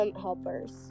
helpers